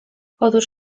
otóż